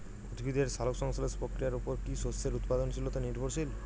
উদ্ভিদের সালোক সংশ্লেষ প্রক্রিয়ার উপর কী শস্যের উৎপাদনশীলতা নির্ভরশীল?